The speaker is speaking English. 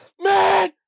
man